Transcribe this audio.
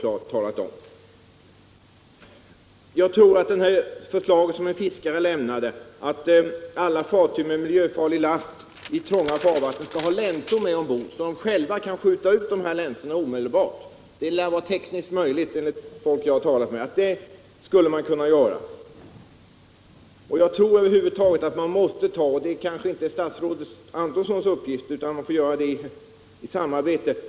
Jag tror att man skulle kunna genomföra det förslag som en fiskare lämnade, att alla fartyg med miljöfarlig last i trånga farvatten skall ha länsor med ombord, så att de själva kan skjuta ut dessa länsor omedelbart. Det lär vara tekniskt möjligt enligt folk som jag har talat med. Över huvud taget tror jag att man måste göra en översyn av hur man skall organisera de här miljöfarliga transporterna i skärgården.